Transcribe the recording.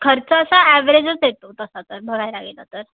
खर्च असा ॲवरेजच येतो तसं तर बघायला गेलं तर